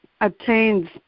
obtains